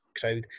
crowd